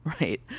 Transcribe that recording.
right